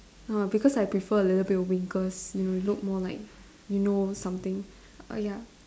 err because I prefer a little bit of wrinkles you know you look more like you know something ah ya